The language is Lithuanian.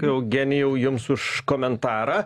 eugenijau jums už komentarą